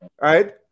right